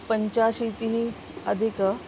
पञ्चाशीतिः अधिकम्